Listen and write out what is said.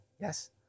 Yes